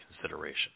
consideration